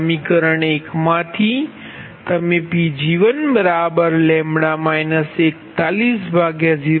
સમીકરણ માંથી તમે Pg1λ 410